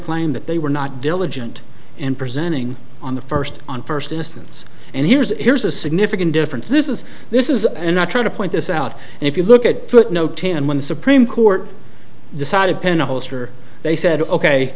claim that they were not diligent and presenting on the first on first instance and here's here's a significant difference this is this is and not try to point this out and if you look at footnote ten when the supreme court decided penned a holster they said ok